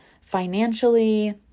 Financially